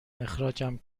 اخراجم